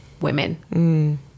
women